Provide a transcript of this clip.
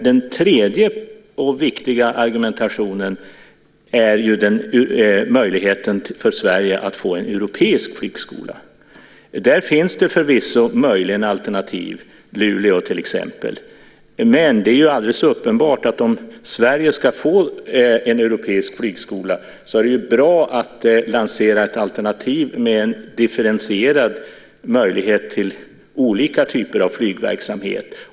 Den tredje och viktiga argumentationen är möjligheten för Sverige att få en europeisk flygskola. Där finns det möjligen alternativ, Luleå till exempel, men det är alldeles uppenbart att om Sverige ska få en europeisk flygskola är det bra att lansera ett alternativ med möjlighet till olika typer av flygverksamhet.